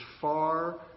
far